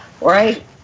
right